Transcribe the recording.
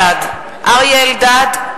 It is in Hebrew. בעד אריה אלדד,